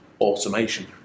automation